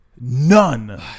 none